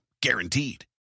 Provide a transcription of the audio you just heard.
guaranteed